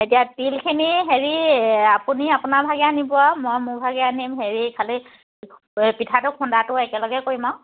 এতিয়া তিলখিনি হেৰি আপুনি আপোনাৰ ভাগে আনিব আৰু মই মোৰ ভাগে আনিম হেৰি খালী পিঠাটো খুন্দাটো একেলগে কৰিম আৰু